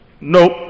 nope